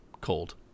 cold